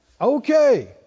okay